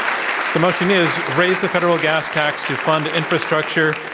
um the motion is raise the federal gas tax to fund infrastructure.